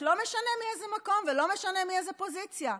לא משנה מאיזה מקום ולא משנה מאיזו פוזיציה.